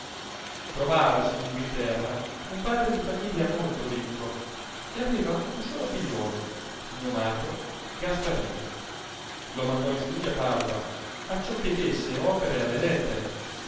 trovavasi in inghilterra un padre di famiglia molto ricco e aveva uno solo figliuolo nomato gasparino lo mandò in studio a padova acciò che desse opera alle lettere